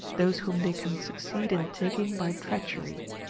those whom they can succeed in taking by treachery.